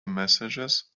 messages